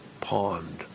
pond